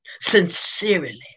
sincerely